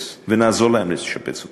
ונעזור להם לשפץ אותן.